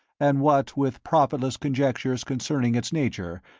and what with profitless conjectures concerning its nature,